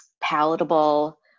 palatable